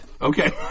Okay